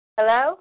Hello